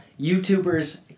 YouTubers